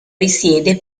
risiede